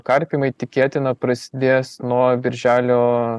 karpymai tikėtina prasidės nuo birželio